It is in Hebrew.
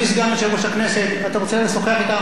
חבר הכנסת וקנין, אז שב לידם ותשוחח.